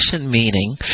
meaning